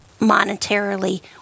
monetarily